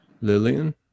Lillian